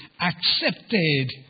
accepted